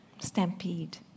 Stampede